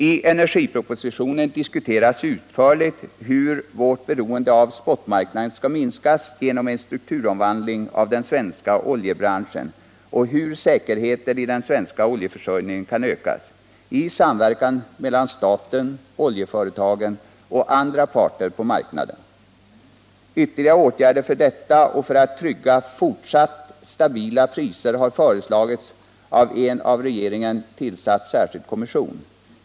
I energipropositionen diskuteras utförligt hur vårt beroende av spotmarknaden skall kunna minskas genom en strukturomvandling av den svenska oljebranschen och hur säkerheten i den svenska oljeförsörjningen kan ökas i Ytterligare åtgärder för att trygga fortsatt stabila priser har föreslagits av en Onsdagen den av regeringen tillsatt särskild kommission.